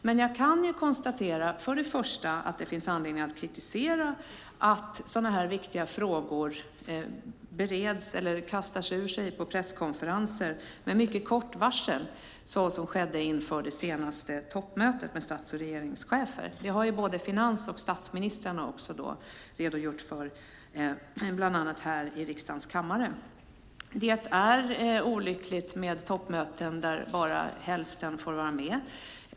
Men det finns anledning att kritisera att sådana viktiga frågor kastas fram på presskonferenser med mycket kort varsel såsom skedde inför det senaste toppmötet med stats och regeringschefer. Det har både finansministern och statsministern redogjort för bland annat här i riksdagens kammare. Det är olyckligt med toppmöten där bara hälften får vara med.